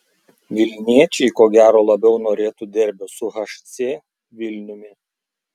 vilniečiai ko gero labiau norėtų derbio su hc vilniumi